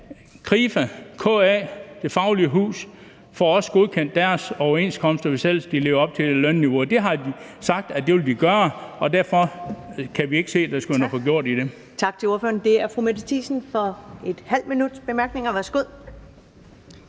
Krifa, KA og Det Faglige Hus får også godkendt deres overenskomster, hvis de ellers lever op til det lønniveau, og det har de sagt at de vil gøre, så derfor kan vi ikke se, at der skulle være noget forgjort i det.